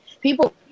people